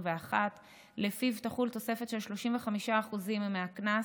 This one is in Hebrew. שלפיו תחול תוספת של 35% מהקנס,